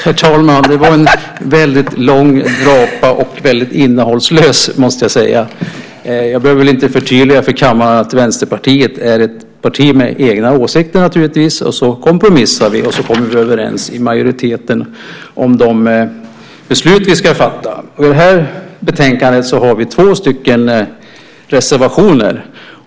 Herr talman! Det var en väldigt lång drapa, och väldigt innehållslös. Jag behöver väl inte förtydliga för kammaren att Vänsterpartiet är ett parti med egna åsikter, och vi kompromissar och kommer överens i majoriteten om de beslut vi ska fatta. I det här betänkandet har vi två reservationer.